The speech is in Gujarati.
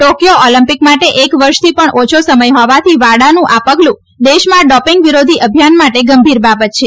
ટોકિયો ઓલિમ્પિક માટે એક વર્ષથી પણ ઓછો સમય હોવાથી વાડાનું આ પગલું દેશમાં ડોપિંગ વિરોધી અભિયાન માટે ગંભીર બાબત છે